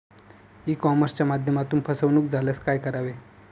E कॉमर्सच्या माध्यमातून फसवणूक झाल्यास काय करावे?